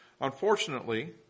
Unfortunately